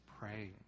praying